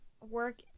work